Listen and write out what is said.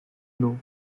know